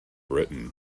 britain